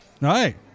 right